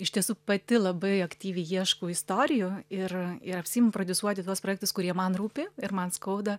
iš tiesų pati labai aktyviai ieškau istorijų ir ir apsiimu prodiusuoti tuos projektus kurie man rūpi ir man skauda